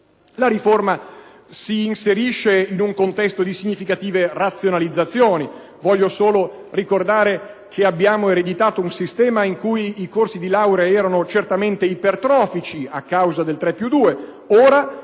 La riforma si inserisce in un contesto di significative razionalizzazioni. Voglio solo ricordare che abbiamo ereditato un sistema in cui i corsi di laurea erano certamente ipertrofici a causa del tre più